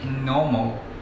normal